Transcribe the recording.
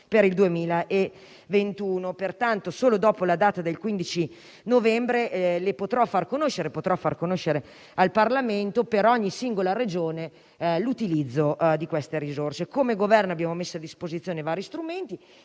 per il 2021. Pertanto, solo dopo la data del 15 novembre potrò far conoscere al Parlamento per ogni singola Regione l'utilizzo di queste risorse. Come Governo abbiamo messo a disposizione vari strumenti,